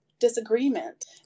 disagreement